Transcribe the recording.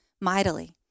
mightily